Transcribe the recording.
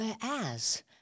Whereas